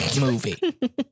movie